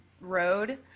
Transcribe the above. road